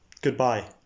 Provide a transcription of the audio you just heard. Goodbye